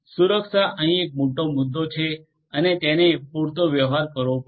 સુરક્ષા અહીં એક મોટો મુદ્દો છે અને તેને પૂરતો વ્યવહાર કરવો પડશે